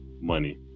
money